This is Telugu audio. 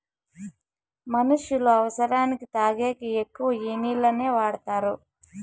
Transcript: మనుష్యులు అవసరానికి తాగేకి ఎక్కువ ఈ నీళ్లనే వాడుతారు